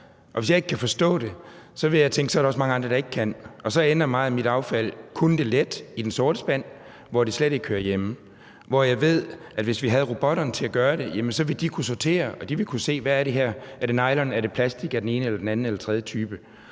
Og hvis jeg ikke kan forstå det, tænker jeg, at der også er mange andre, der ikke kan. Så meget af mit affald kunne let ende i den sorte spand, hvor det slet ikke hører hjemme. Og jeg ved, at hvis vi havde robotterne til at gøre det, ville de kunne sortere det og se, hvad det her er, om det er nylon eller plastik af den ene eller anden eller tredje type.